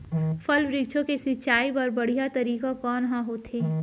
फल, वृक्षों के सिंचाई बर बढ़िया तरीका कोन ह होथे?